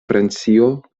francio